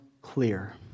clear